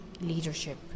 leadership